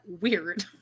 weird